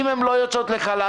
אם אישה לא יוצאת לחל"ת,